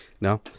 No